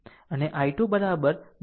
2 ampere અનેI2 2